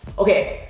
okay,